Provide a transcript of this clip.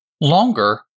longer